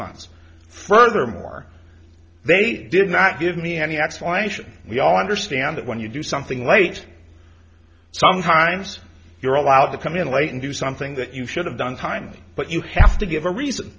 months furthermore they did not give me any explanation we all understand that when you do something late sometimes you're allowed to come in late and do something that you should have done time but you have to give a reason